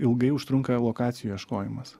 ilgai užtrunka lokacijų ieškojimas